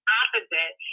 opposite